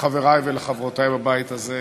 לחברי ולחברותי בבית הזה,